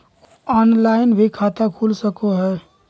Online भी खाता खूल सके हय?